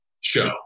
show